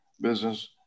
business